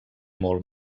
molt